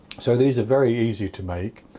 so these are very easy to make,